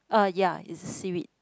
uh ya it's seaweed